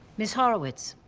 ms. horowitz.